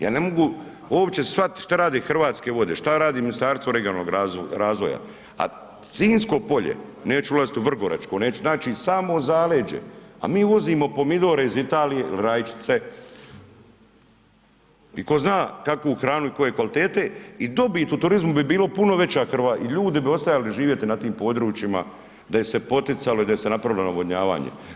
Ja ne mogu uopće shvatiti šta rade Hrvatske vode, šta radi Ministarstvo regionalnog razvoja a Sinjsko polje, neću ulaziti u vrgoračko, znači samo zaleđe, a mi uvozimo pomidore iz Italije, rajčice i tko zna kakvu hranu i koje kvalitete i dobit u turizmu bi bila puno veća i ljudi bi ostajali živjeti na tim područjima da ih se poticalo i da se napravilo navodnjavanje.